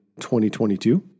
2022